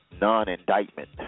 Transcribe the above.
non-indictment